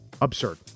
Absurd